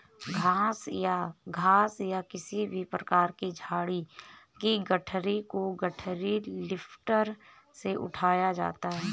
घास या किसी भी प्रकार की झाड़ी की गठरी को गठरी लिफ्टर से उठाया जाता है